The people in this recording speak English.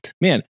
man